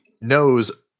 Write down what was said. knows